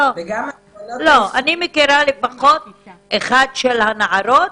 לא, אני מכירה לפחות אחד של הנערות